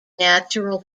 natural